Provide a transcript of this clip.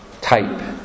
type